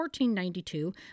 1492